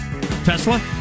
Tesla